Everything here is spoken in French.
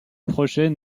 projet